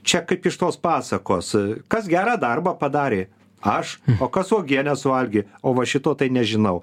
čia kaip iš tos pasakos kas gerą darbą padarė aš o kas uogienę suvalgė o va šito tai nežinau